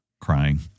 crying